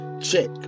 check